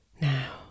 Now